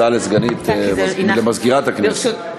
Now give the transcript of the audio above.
למזכירת הכנסת.